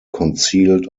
concealed